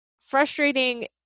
frustrating